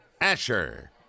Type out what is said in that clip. Asher